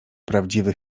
prawdziwy